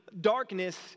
darkness